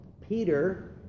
Peter